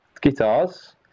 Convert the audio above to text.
guitars